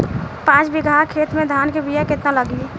पाँच बिगहा खेत में धान के बिया केतना लागी?